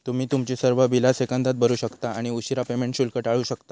तुम्ही तुमची सर्व बिला सेकंदात भरू शकता आणि उशीरा पेमेंट शुल्क टाळू शकता